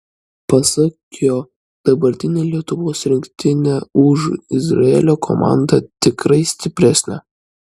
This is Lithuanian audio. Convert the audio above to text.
pasak jo dabartinė lietuvos rinktinė už izraelio komandą tikrai stipresnė